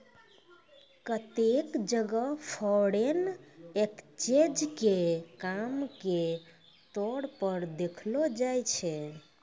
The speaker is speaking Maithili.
केत्तै जगह फॉरेन एक्सचेंज के काम के तौर पर देखलो जाय छै